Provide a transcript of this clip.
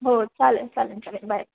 हो चालेल चालेल चालेल बाय